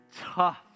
tough